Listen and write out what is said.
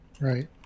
Right